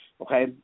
Okay